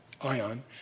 ion